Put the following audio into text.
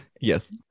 Yes